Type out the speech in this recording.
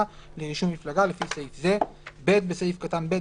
לרישום מפלגה לפי סעיף זה."; (ב) בסעיף קטן (ב),